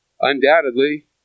Undoubtedly